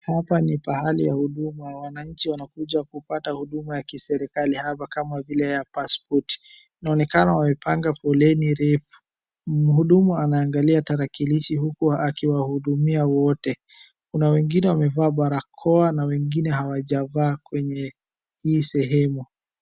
Hapa ni pahali ya huduma. Wananchi wanakuja kupata huduma ya kiserikali hapa kama vile ya passipoti, inaonekana wamepanga foleni refu . Mhudumu anangalia tarakilishi huku akiwahudumia wote. Kuna wengine wamevaa barakoa na wengine hawajavaa kwenye hii sehemu.